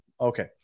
Okay